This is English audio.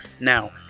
Now